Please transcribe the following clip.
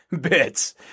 bits